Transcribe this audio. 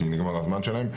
כי נגמר הזמן שלהם,